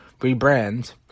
rebrand